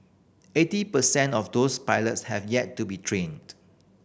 eighty per cent of those pilots have yet to be trained